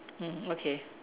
mm okay